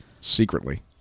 secretly